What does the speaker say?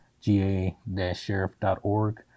ga-sheriff.org